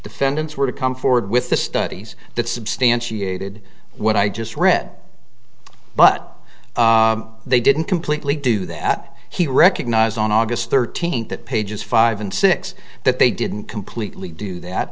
defendants were to come forward with the studies that substantiated what i just read but they didn't completely do that he recognized on aug thirteenth that pages five and six that they didn't completely do